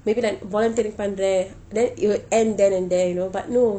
maybe like volunteering பன்றேன்:panraen then it would end then and there you know but no